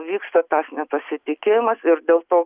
vyksta tas nepasitikėjimas ir dėl to